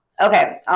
okay